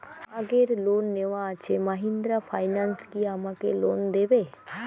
আগের লোন নেওয়া আছে মাহিন্দ্রা ফাইন্যান্স কি আমাকে লোন দেবে?